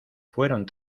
fueron